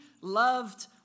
loved